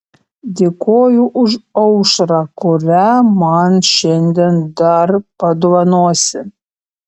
dėkoju už aušrą kurią man šiandien dar padovanosi